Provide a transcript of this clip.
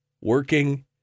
working